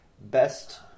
best